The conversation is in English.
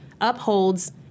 upholds